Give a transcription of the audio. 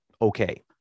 okay